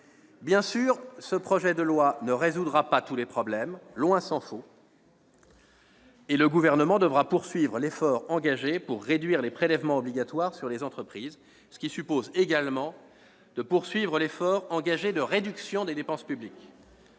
Bien sûr, ce projet de loi ne résoudra pas tous les problèmes, loin s'en faut, et le Gouvernement devra poursuivre l'effort engagé pour réduire les prélèvements obligatoires sur les entreprises, ce qui suppose de poursuivre également l'effort engagé pour réduire les dépenses publiques.